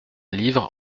livre